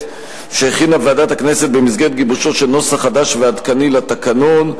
שהכינה ועדת הכנסת במסגרת גיבושו של נוסח חדש ועדכני לתקנון.